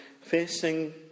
facing